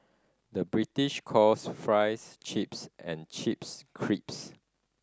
the British calls fries chips and chips